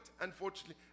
unfortunately